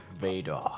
vader